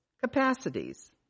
capacities